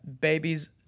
babies